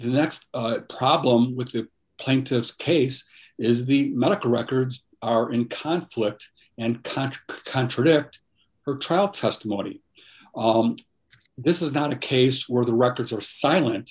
the next problem with the plaintiff's case is the medical records are in conflict and contra contradict her trial testimony this is not a case where the records are silent